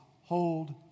hold